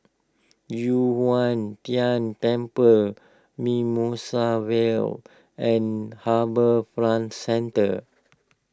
Yu Huang Tian Temple Mimosa Vale and HarbourFront Centre